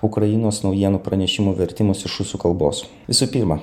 ukrainos naujienų pranešimų vertimus iš rusų kalbos visų pirma